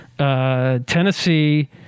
Tennessee